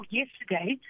yesterday